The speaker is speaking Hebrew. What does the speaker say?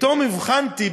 ופתאום הבחנתי,